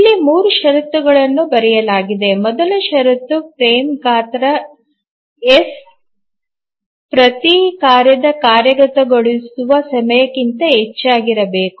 ಇಲ್ಲಿ 3 ಷರತ್ತುಗಳನ್ನು ಬರೆಯಲಾಗಿದೆ ಮೊದಲ ಷರತ್ತು ಫ್ರೇಮ್ ಗಾತ್ರ ಎಫ್ ಪ್ರತಿ ಕಾರ್ಯದ ಕಾರ್ಯಗತಗೊಳಿಸುವ ಸಮಯಕ್ಕಿಂತ ಹೆಚ್ಚಾಗಿರಬೇಕು